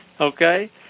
okay